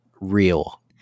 real